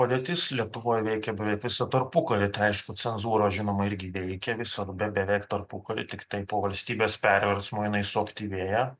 padėtis lietuvoj veikė beveik visą tarpukarį tai aišku cenzūra žinoma irgi veikė visą be beveik tarpukarį tiktai po valstybės perversmo jinai suaktyvėja